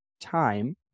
time